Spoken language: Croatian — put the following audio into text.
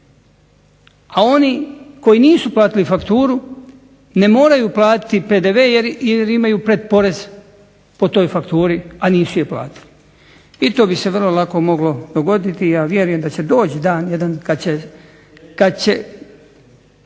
a oni koji nisu platili fakturu ne moraju platiti PDV jer imaju pred porez po toj fakturi a nisu je platili. I to bi se vrlo lako moglo dogoditi ja vjerujem da će doći dan jedan